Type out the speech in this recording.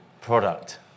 product